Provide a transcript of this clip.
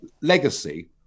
legacy